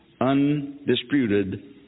undisputed